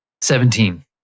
Seventeen